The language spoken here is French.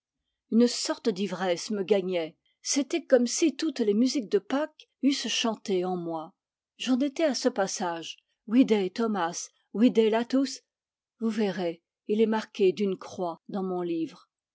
une sorte d'ivresse me gagnait c'était comme si toutes les musiques de pâques eussent chanté en moi j'en étais à ce passage vide thomas vide lotus vous verrez il est marqué d'une croix dans mon livre